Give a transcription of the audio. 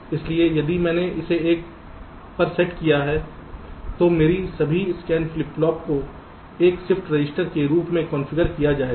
इसलिए यदि मैंने इसे एक पर सेट किया है तो मेरी सभी स्कैन फ्लिप फ्लॉप को एक शिफ्ट रजिस्टर के रूप में कॉन्फ़िगर किया जाएगा